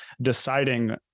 deciding